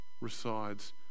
resides